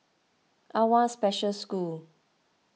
Awwa Special School